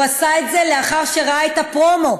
הוא עשה את זה לאחר שראה את הפרומו